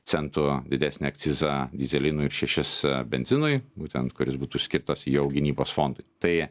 centų didesnį akcizą dyzelinui ir šešis benzinui būtent kuris būtų skirtas jau gynybos fondui tai